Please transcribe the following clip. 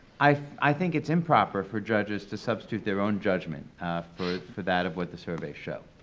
i i think it's improper for judges to substitute their own judgment for for that of what the surveys show.